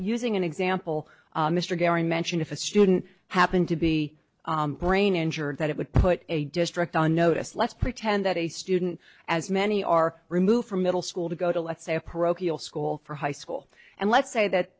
using an example mr gary mentioned if a student happened to be brain injured that it would put a district on notice let's pretend that a student as many are removed from middle school to go to let's say a parochial school for high school and let's say that